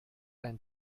ein